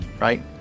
right